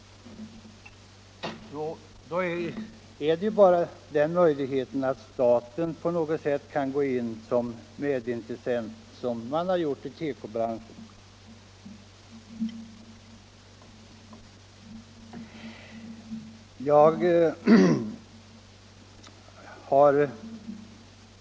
Då återstår bara den möjligheten att staten på något sätt går in som medintressent, som man har gjort i tekobranschen.